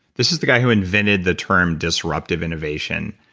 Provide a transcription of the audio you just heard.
this is the guy who invented the term disruptive innovation